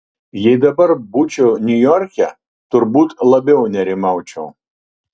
jei dabar būčiau niujorke turbūt labiau nerimaučiau